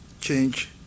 change